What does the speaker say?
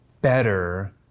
better